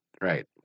Right